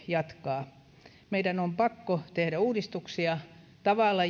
jatkaa meidän on pakko tehdä uudistuksia sillä tavalla